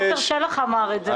עפר שלח אמר את זה.